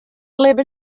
libben